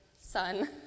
son